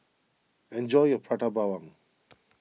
enjoy your Prata Bawang